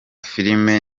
filime